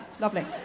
lovely